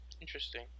Interesting